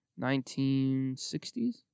1960s